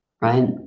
right